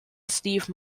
steve